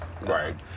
Right